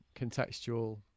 contextual